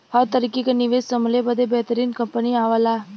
हर तरीके क निवेस संभले बदे बेहतरीन कंपनी आवला